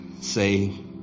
say